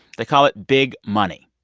they call it big money.